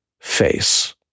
face